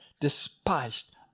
Despised